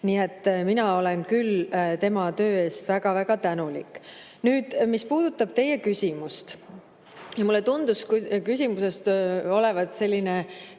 Nii et mina olen küll tema töö eest väga-väga tänulik. Nüüd, mis puudutab teie küsimust. Mulle tundus küsimuses olevat selline